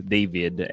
David